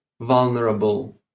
vulnerable